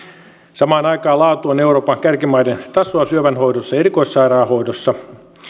samaan aikaan laatu on euroopan kärkimaiden tasoa syövänhoidossa ja erikoissairaanhoidossa